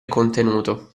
contenuto